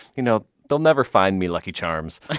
you know they'll never find me lucky charms